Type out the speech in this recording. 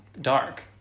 dark